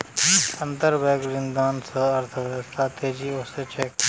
अंतरबैंक ऋणदान स अर्थव्यवस्थात तेजी ओसे छेक